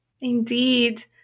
Indeed